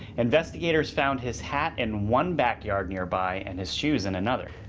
investigators found his hat in one backyard nearby, and his shoes in another.